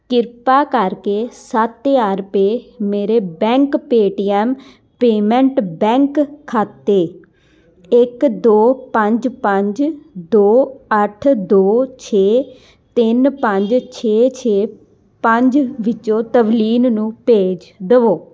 ਕ੍ਰਿਪਾ ਕਰਕੇ ਸੱਤ ਹਜ਼ਾਰ ਰੁਪਏ ਮੇਰੇ ਬੈਂਕ ਪੇਟੀਐਮ ਪੇਮੈਂਟ ਬੈਂਕ ਖਾਤੇ ਇੱਕ ਦੋ ਪੰਜ ਪੰਜ ਦੋ ਅੱਠ ਦੋ ਛੇ ਤਿੰਨ ਪੰਜ ਛੇ ਛੇ ਪੰਜ ਵਿੱਚੋਂ ਤਵਲੀਨ ਨੂੰ ਭੇਜ ਦੇਵੋ